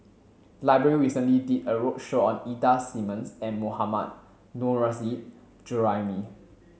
library recently did a roadshow Ida Simmons and Mohammad Nurrasyid Juraimi